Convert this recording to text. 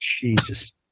Jesus